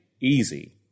easy